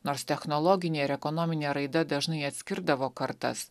nors technologinė ir ekonominė raida dažnai atskirdavo kartas